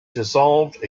dissolved